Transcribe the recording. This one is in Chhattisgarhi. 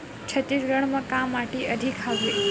छत्तीसगढ़ म का माटी अधिक हवे?